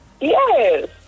yes